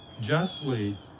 justly